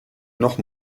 noch